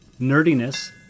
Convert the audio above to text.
nerdiness